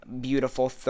beautiful